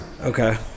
Okay